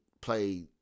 play